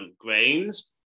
grains